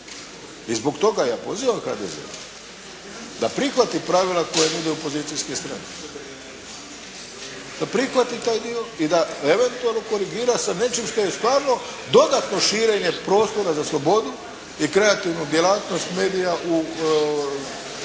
I zbog toga ja poziva HDZ da prihvati pravila koje nude opozicijske stranke, da prihvate taj dio i da eventualno korigira sa nečim što je stvarno dodatno širenje prostora za slobodu i kreativnu djelatnost medija u